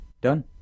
Done